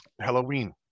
Halloween